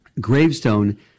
gravestone